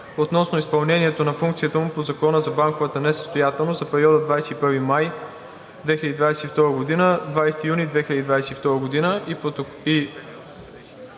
относно изпълнението на функцията му по Закона за банковата несъстоятелност за периода 21 май 2022 г. – 20 юни 2022 г.;